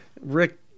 Rick